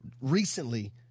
recently